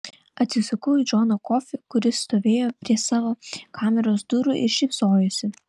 atsisukau į džoną kofį kuris stovėjo prie savo kameros durų ir šypsojosi